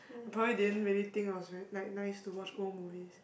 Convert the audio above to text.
I probably didn't really think it was very like nice to watch old movies